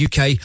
UK